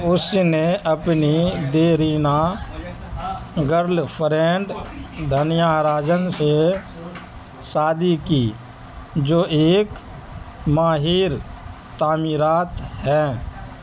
اس نے اپنی دیرینہ گرل فرینڈ دھنیا راجن سے شادی کی جو ایک ماہر تعمیرات ہیں